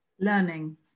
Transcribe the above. Learning